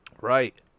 Right